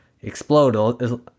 explode